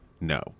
no